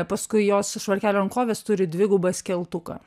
paskui jos švarkelio rankovės turi dvigubą skeltuką